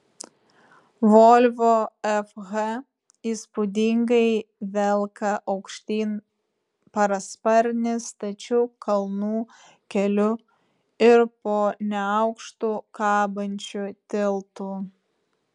volvo fh įspūdingai velka aukštyn parasparnį stačiu kalnų keliu ir po neaukštu kabančiu tiltu